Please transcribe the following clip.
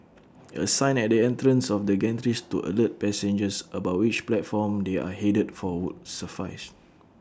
A sign at the entrance of the gantries to alert passengers about which platform they are headed for would suffice